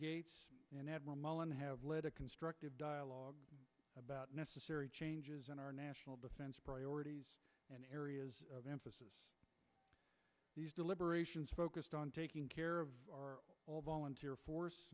mullen have led a constructive dialogue about necessary changes in our national defense priorities and areas of emphasis these deliberations focused on taking care of our all volunteer force